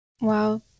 Wow